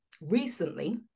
recently